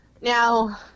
Now